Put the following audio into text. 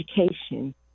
education